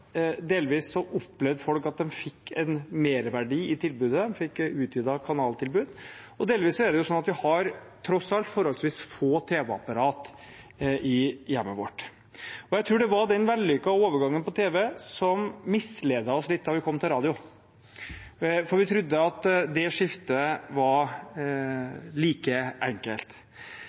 delvis opplevde folk at de fikk en merverdi i tilbudet – de fikk et utvidet kanaltilbud – og delvis er det jo slik at vi har tross alt forholdsvis få tv-apparater i hjemmet vårt. Jeg tror det var den vellykkede overgangen for tv som misledet oss litt da det kom til radio, for vi trodde at det skiftet ville være like enkelt.